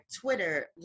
Twitter